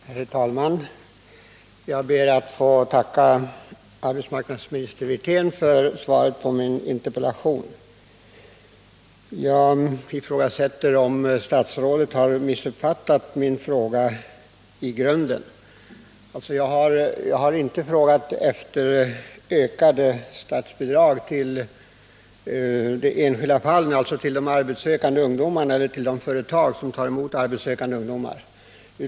Herr talman! Jag ber att få tacka arbetsmarknadsminister Wirtén för svaret på min interpellation. Jag ifrågasätter om statsrådet inte har missuppfattat min interpellation i grunden. Jag har inte frågat efter ökade statsbidrag till de arbetssökande ungdomarna eller till de företag som tar emot arbetssökande ungdom.